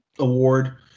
award